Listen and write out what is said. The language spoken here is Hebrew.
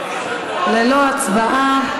ללא הצבעה.